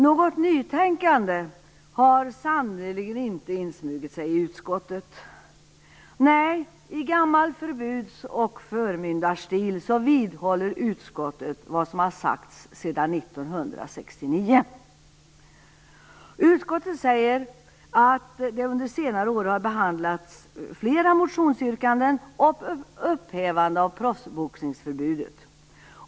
Något nytänkande har sannerligen inte insmugit sig i utskottet. Nej, i gammal förbuds och förmyndarstil vidhåller utskottet det som har sagts sedan 1969. Utskottet säger att det under senare år har behandlats flera motionsyrkanden om upphävande av proffsboxningsförbudet.